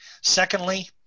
Secondly